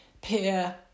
peer